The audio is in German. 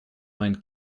mein